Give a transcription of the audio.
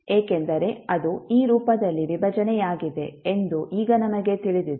ಏಕೆಂದರೆ ಅದು ಈ ರೂಪದಲ್ಲಿ ವಿಭಜನೆಯಾಗಿದೆ ಎಂದು ಈಗ ನಮಗೆ ತಿಳಿದಿದೆ